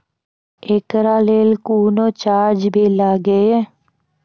एकरा लेल कुनो चार्ज भी लागैये?